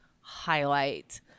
highlight